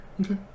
Okay